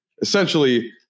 essentially